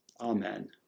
Amen